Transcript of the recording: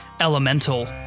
elemental